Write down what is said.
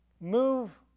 move